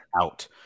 out